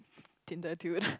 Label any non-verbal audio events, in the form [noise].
Tinder dude [breath]